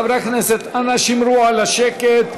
חברי הכנסת, אנא שמרו על השקט.